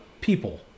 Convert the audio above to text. people